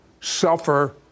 suffer